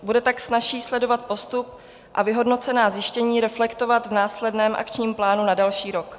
Bude tak snazší sledovat postup a vyhodnocená zjištění reflektovat v následném akčním plánu a další rok.